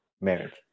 marriage